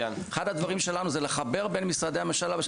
אחד הדברים שלנו זה לחבר בין משרדי הממשלה,